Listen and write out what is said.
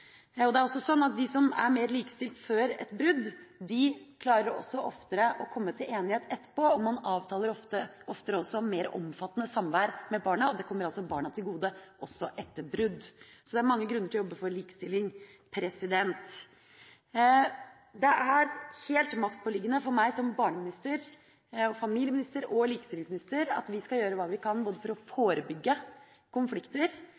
Det er også sånn at de som er mer likestilt før et brudd, oftere klarer å komme til enighet etterpå, og man avtaler oftere mer omfattende samvær med barna. Det kommer også barna til gode etter brudd. Så det er mange grunner til å jobbe for likestilling. Det er helt maktpåliggende for meg som barneminister og familieminister og likestillingsminister at vi skal gjøre hva vi kan for både å forebygge konflikter